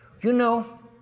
you know,